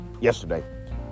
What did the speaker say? yesterday